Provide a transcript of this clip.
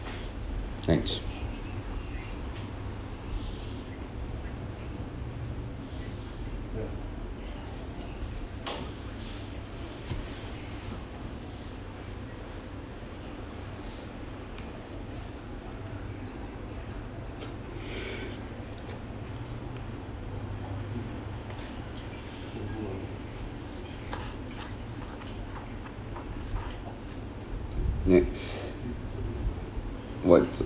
next next what's